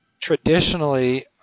traditionally